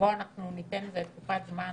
שבו אנחנו ניתן לתקופת זמן